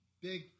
big